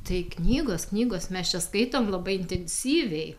tai knygos knygos mes čia skaitom labai intensyviai